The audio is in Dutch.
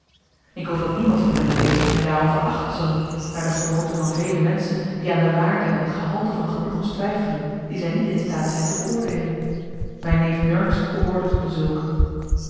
ik hoop dat niemand van mijne lezers mij daarom verachten zal naar de gewoonte van vele menschen die aan de waarde en het gehalte van genoegens twijfelen die zij niet in staat zijn te beoordeelen mijn neef nurks behoorde tot dezulken